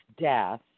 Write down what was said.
death